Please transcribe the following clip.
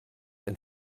and